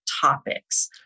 topics